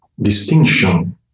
distinction